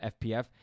FPF